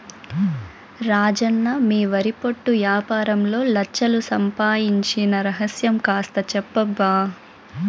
రాజన్న మీ వరి పొట్టు యాపారంలో లచ్ఛలు సంపాయించిన రహస్యం కాస్త చెప్పబ్బా